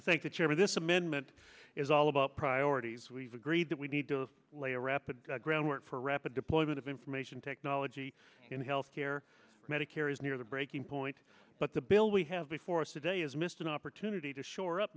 for this amendment is all about priorities we've agreed that we need to lay a rapid groundwork for rapid deployment of information technology in health care medicare is near the breaking point but the bill we have before us today is missed an opportunity to shore up